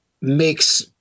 makes